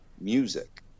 music